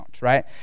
right